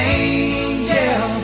angel